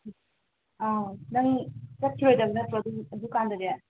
ꯑꯥ ꯅꯪ ꯆꯠꯈꯤꯔꯣꯏꯗꯕ ꯅꯠꯇ꯭ꯔꯣ ꯑꯗꯨꯝ ꯑꯗꯨ ꯀꯥꯟꯗꯗꯤ